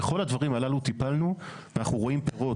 בכל הדברים ההלו טיפלנו, ואנחנו רואים תמורות.